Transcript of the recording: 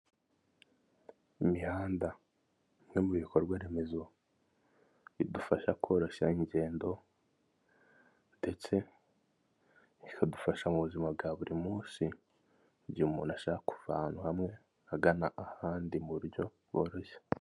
Imihanda bimwe mu bikorwaremezo bidufasha koroshya ingendo, ndetse bikadufasha mu buzima bwa buri munsi, igihe umuntu ashaka ahantu hamwe, agana ahandi, mu buryo bworoshye.